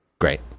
Great